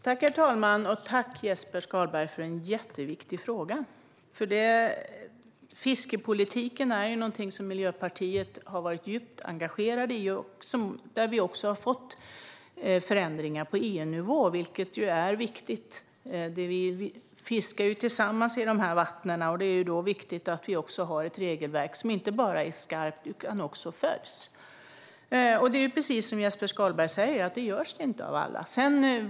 Herr talman! Tack, Jesper Skalberg, för en jätteviktig fråga! Miljöpartiet har varit djupt engagerat i fiskepolitiken. Vi har också fått förändringar på EU-nivå, vilket är viktigt. Vi fiskar tillsammans i dessa vatten. Det är då viktigt att vi har ett regelverk som inte bara är skarpt utan som också följs. Precis som Jesper Skalberg säger följs det inte av alla.